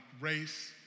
race